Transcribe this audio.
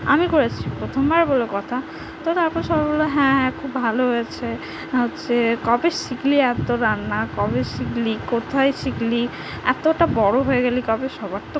আমি করেছি প্রথমবার বলে কথা তো তারপর সবাই বললো হ্যাঁ হ্যাঁ খুব ভালো হয়েছে হচ্ছে হচ্ছে কবে শিখলি এতো রান্না কবে শিখলি কোথায় শিখলি এতোটা বড়ো হয়ে গেলি কবে সবার তো